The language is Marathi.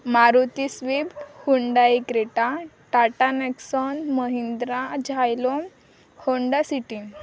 Maruti Swift Hyundai Creta Tata Nexon Mahindra झायलोम होंडा सिटी